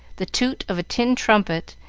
the toot of a tin trumpet,